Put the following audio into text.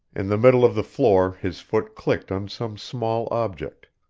in the middle of the floor his foot clicked on some small object.